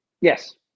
Yes